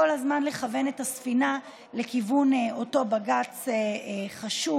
כל הזמן לכוון את הספינה לכיוון אותו בג"ץ חשוב,